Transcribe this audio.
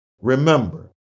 Remember